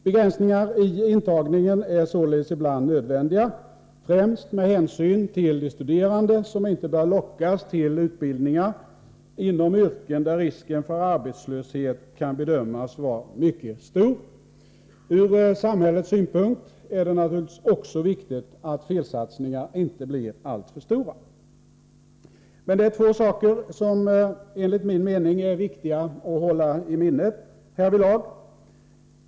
Begränsningar i intagningen är således ibland nödvändiga — främst med hänsyn till de studerande, som inte bör lockas till utbildningar inom yrken där risken för arbetslöshet kan bedömas vara mycket stor. Ur samhällets synpunkt är det naturligtvis också viktigt att felsatsningarna inte blir alltför stora. Men det är två saker som enligt min mening är viktiga att hålla i minnet härvidlag.